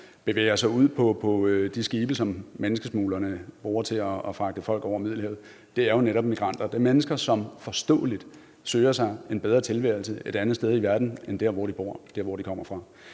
bevæger sig ud på de skibe, som menneskesmuglerne bruger til at fragte folk over Middelhavet, er jo netop migranter. Det er mennesker, som af forståelige grunde søger sig en bedre tilværelse et andet sted i verden end der, hvor de bor, der, hvor de kommer fra,